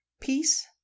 Peace